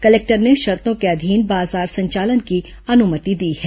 collector ने शर्तों के अधीन बाजार संचालन की अनुमति दी है